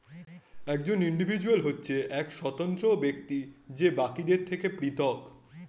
একজন ইন্ডিভিজুয়াল হচ্ছে এক স্বতন্ত্র ব্যক্তি যে বাকিদের থেকে পৃথক